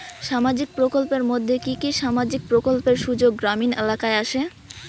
সামাজিক প্রকল্পের মধ্যে কি কি সামাজিক প্রকল্পের সুযোগ গ্রামীণ এলাকায় আসে?